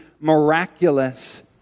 miraculous